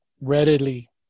readily